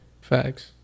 Facts